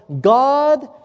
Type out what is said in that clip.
God